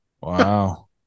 Wow